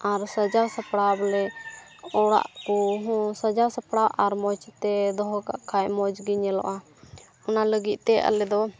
ᱟᱨ ᱥᱟᱡᱟᱣ ᱥᱟᱯᱲᱟᱣ ᱵᱚᱞᱮ ᱚᱲᱟᱜ ᱠᱚᱦᱚᱸ ᱥᱟᱡᱟᱣ ᱥᱟᱯᱲᱟᱣ ᱟᱨ ᱢᱚᱡᱽ ᱛᱮ ᱫᱚᱦᱚ ᱠᱟᱜ ᱠᱷᱟᱱ ᱢᱚᱡᱽ ᱜᱮ ᱧᱮᱞᱚᱜᱼᱟ ᱚᱱᱟ ᱞᱟᱹᱜᱤᱫ ᱛᱮ ᱟᱞᱮ ᱫᱚ